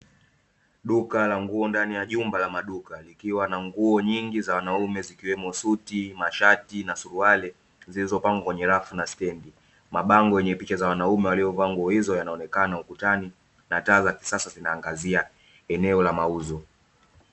Duka la nguo ndani ya jumba la maduka likiwa na nguo nyingi za wanaume zikiwemo suti, mashati na suruali zilizopangwa kwenye rafu na stendi. Mabango yenye picha za wanaume waliovaa nguo hizo yanaonekana ukutani na taa za kisasa zinaangazia eneo la mauzo.